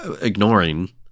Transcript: ignoring